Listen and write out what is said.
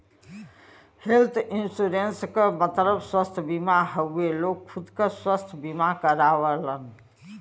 health insurance क मतलब स्वस्थ बीमा हउवे लोग खुद क स्वस्थ बीमा करावलन